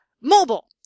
mobile